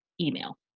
email